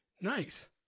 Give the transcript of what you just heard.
Nice